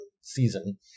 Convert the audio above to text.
season